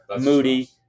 Moody